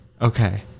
okay